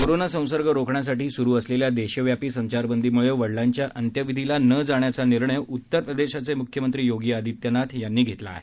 corona संसर्ग रोखण्यासाठी सुरू असलेल्या देशव्यापी संचारबंदीमुळे वडिलांच्या अंत्यविधीला न जाण्याचा निर्णय उत्तर प्रदेशचे मुख्यमंत्री योगी आदित्यनाथ यांनी घेतला आहेत